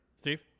Steve